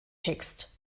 text